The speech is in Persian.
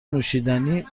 نوشیدنی